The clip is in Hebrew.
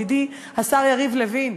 ידידי השר יריב לוין,